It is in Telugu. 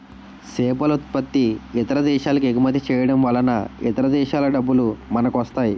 సేపలుత్పత్తి ఇతర దేశాలకెగుమతి చేయడంవలన ఇతర దేశాల డబ్బులు మనకొస్తాయి